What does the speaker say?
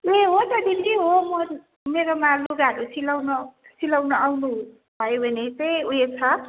ए हो त दिदी हो म मेरोमा लुगाहरू सिलाउनु सिलाउनु आउनुभयो भने चाहिँ उयो छ